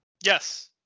Yes